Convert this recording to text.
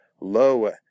Lo